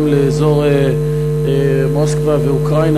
גם לאזור מוסקבה ואוקראינה,